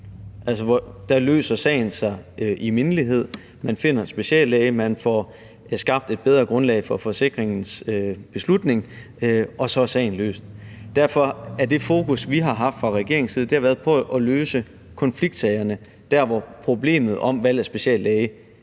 Der løses sagen i mindelighed. Man finder en speciallæge, og man får skabt et bedre grundlag for forsikringens beslutning, og så er sagen løst. Derfor har det fokus, vi har haft fra regeringens side, været på at løse konfliktsagerne, altså der, hvor valget af speciallæge